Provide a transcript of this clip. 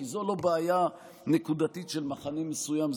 כי זו לא בעיה נקודתית של מחנה מסוים,